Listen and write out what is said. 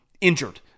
injured